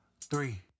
three